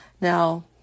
Now